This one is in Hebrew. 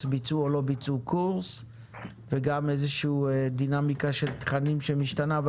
ביצעו או לא ביצעו קורס וגם איזו שהיא דינמיקה של תכנים שמשתנה,